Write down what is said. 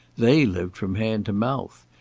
they lived from hand to mouth.